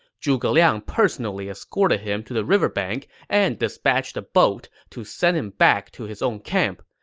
zhuge liang personally escorted him to the river bank and dispatched a boat to send him back to his own camp.